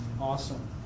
Awesome